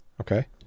Okay